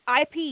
IP